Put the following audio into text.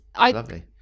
Lovely